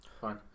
fine